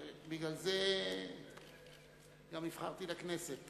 בגלל זה גם נבחרתי לכנסת.